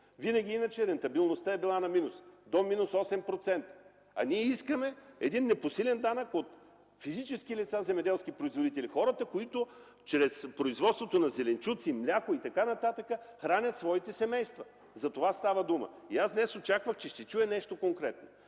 Иначе винаги рентабилността е била на минус – до минус 8%. А ние искаме един непосилен данък от физически лица – земеделските производители, хората, които чрез производството на зеленчуци, мляко и така нататък, хранят своите семейства. За това става дума. Днес очаквах, че ще чуя нещо конкретно.